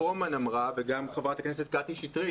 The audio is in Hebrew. שח"כ פרומן אמרה וגם ח"כ שטרית,